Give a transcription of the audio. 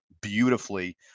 beautifully